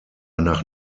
nach